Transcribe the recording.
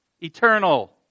eternal